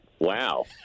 Wow